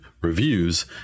reviews